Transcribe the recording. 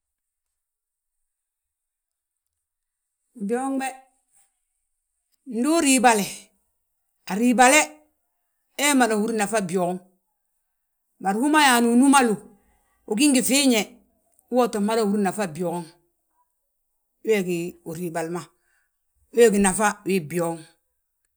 Byooŋ be, ndu uríibale, aríibale, he mada húri nafa byooŋ. Bari hú ma yaani unúmalu, ugí ngi fiiñe, woo tin mada húri nafa byooŋ. Wee gí uríibali ma, wee gí nafa wii byooŋ.